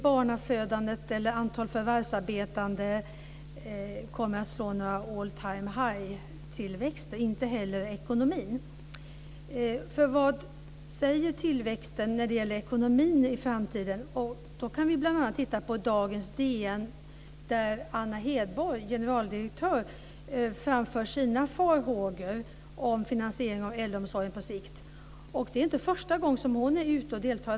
Barnafödandet och antalet förvärvsarbetande kommer inte att slå någon all time high i tillväxt, och inte heller ekonomin. Vad säger man om tillväxten i ekonomin i framtiden? Vi kan bl.a. titta i dagens DN. Där framför generaldirektör Anna Hedborg sina farhågor om finansiering av äldreomsorgen på sikt. Det är inte första gången som hon deltar i debatten.